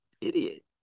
idiot